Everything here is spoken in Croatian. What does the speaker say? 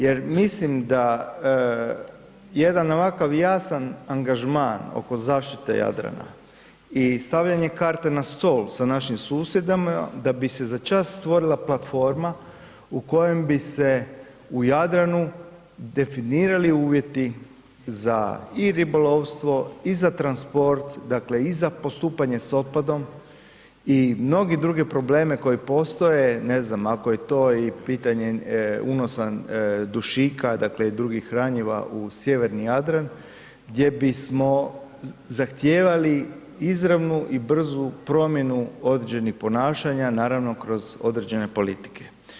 Jer mislim da jedan ovakav jasan angažman oko zaštite Jadrana i stavljanja karte na stol sa našim susjedima da bi se začas stvorila platforma u kojem bi se u Jadranu definirali uvjeti za i ribolovstvo i za transport, dakle i za postupanje s otpadom i mnoge druge probleme koji postoje, ne znam ako je to i pitanje unosa dušika, dakle i drugih hranjiva u sjeverni Jadran, gdje bismo zahtijevali izravnu i brzu promjenu određenih ponašanja, naravno kroz određene politike.